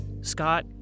Scott